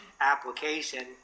Application